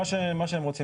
מה שהם רוצים.